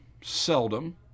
seldom